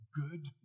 good